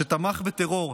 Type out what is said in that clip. שתמך בטרור,